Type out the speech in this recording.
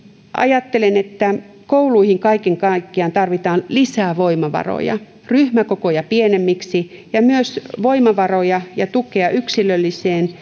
ajattelen että kouluihin kaiken kaikkiaan tarvitaan lisää voimavaroja ryhmäkokoja pienemmiksi ja myös voimavaroja ja tukea yksilölliseen